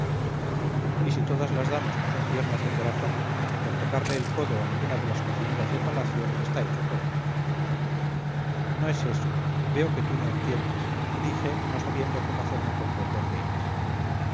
y si todas las damas no son tiernas de corazón con tocarle el codo a alguna de las cocineras de palacio está hecho todo no es eso veo que tú no entiendes dije no sabiendo cómo hacerme comprender de inés